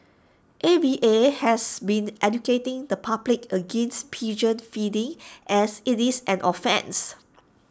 A V A has been educating the public against pigeon feeding as IT is an offence